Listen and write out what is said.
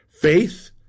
Faith